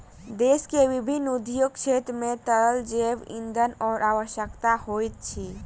देश के विभिन्न उद्योग क्षेत्र मे तरल जैव ईंधन के आवश्यकता होइत अछि